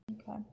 Okay